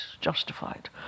justified